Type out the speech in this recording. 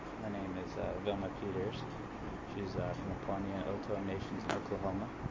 her name is vilma peters she's from the opononeo tono nations and oklahoma.